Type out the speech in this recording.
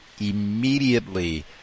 immediately